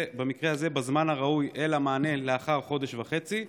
הזה בזמן הראוי אלא נענה לאחר חודש וחצי,